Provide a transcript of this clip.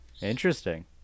Interesting